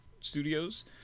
Studios